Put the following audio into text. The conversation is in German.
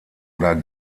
oder